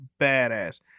badass